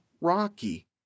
Rocky